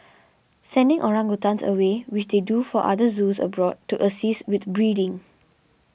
sending orangutans away which they do for other zoos abroad to assist with breeding